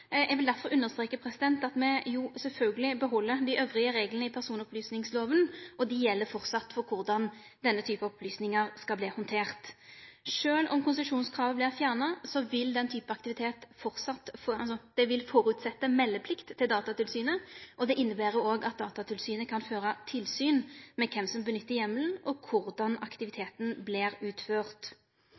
Eg vil derfor understreke at me jo sjølvsagt beheld dei andre reglane i personopplysingslova, og dei gjeld framleis for korleis denne typen opplysningar skal handterast. Sjølv om konsesjonskravet vert fjerna, vil den type aktivitet framleis føresetje meldeplikt til Datatilsynet, og det inneber òg at Datatilsynet kan føre tilsyn med kven som nyttar heimelen og korleis aktiviteten vert utført.